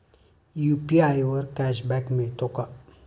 UPI वर cashback मिळतो का?